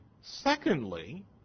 Secondly